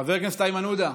חבר הכנסת איימן עודה,